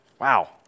Wow